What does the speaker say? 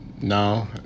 No